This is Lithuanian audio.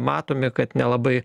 matome kad nelabai